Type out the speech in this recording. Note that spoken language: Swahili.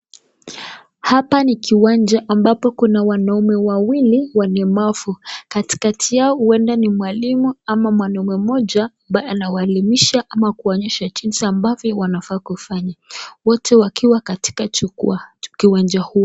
Hapa ni kiwanja ambapo kuna wanaume wawili walemavu. Katikati yao huenda ni mwalimu ama mwanamume mmoja ambaye anawaelimisha ama kuwaonyesha jinsi ambavyo wanafaa kufanya, wote wakiwa katika jukwaa ya kiwanja huo.